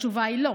התשובה היא לא.